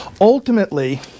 ultimately